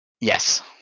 Yes